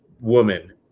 woman